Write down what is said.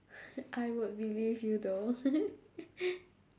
I would believe you though